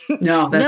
No